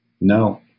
no